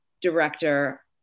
director